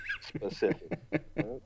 specific